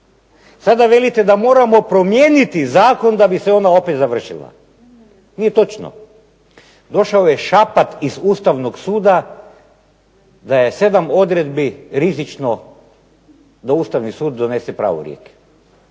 Sada velite da moramo promijeniti zakon da bi se ona opet završila. Nije točno. Došao je šapat iz Ustavnog suda da je 7 odredbi rizično da Ustavni sud donese pravorijek,